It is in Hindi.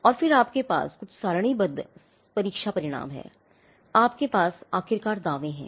और फिर आपके पास कुछ सारणीबद्ध परीक्षा परिणाम हैं आपके पास आखिरकार दावे हैं